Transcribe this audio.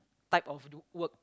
type of work